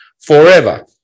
forever